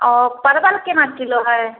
आओर परबल केना किलो हइ